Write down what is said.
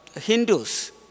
Hindus